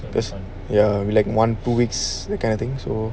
this one ya we like one two weeks that kind of thing so